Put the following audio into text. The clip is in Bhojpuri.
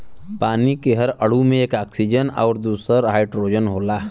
पानी के हर अणु में एक ऑक्सीजन आउर दूसर हाईड्रोजन होला